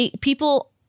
People